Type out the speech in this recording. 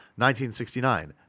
1969